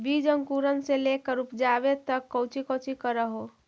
बीज अंकुरण से लेकर उपजाबे तक कौची कौची कर हो?